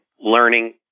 learning